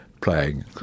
playing